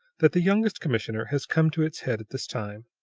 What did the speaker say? that the youngest commissioner has come to its head at this time.